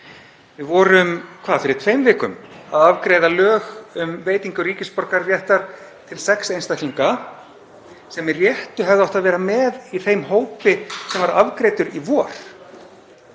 Við vorum fyrir um tveimur vikum að afgreiða lög um veitingu ríkisborgararéttar til sex einstaklinga sem með réttu hefðu átt að vera með í þeim hópi sem var afgreiddur í vor.